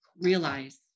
realize